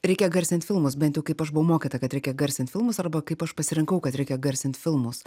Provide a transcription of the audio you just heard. reikia garsint filmus bent jau kaip aš buvau mokyta kad reikia garsint filmus arba kaip aš pasirinkau kad reikia garsint filmus